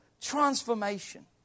Transformation